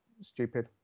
stupid